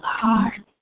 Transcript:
heart